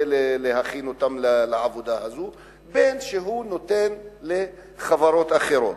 להכין לעבודה הזאת ובין שהוא נותן לחברות אחרות.